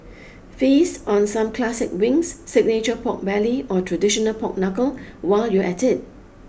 feast on some classic wings signature pork belly or traditional pork knuckle while you're at it